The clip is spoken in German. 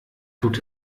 tut